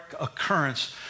occurrence